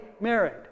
married